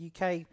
UK